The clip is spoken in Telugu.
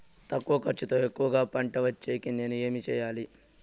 తక్కువ ఖర్చుతో ఎక్కువగా పంట వచ్చేకి నేను ఏమి చేయాలి?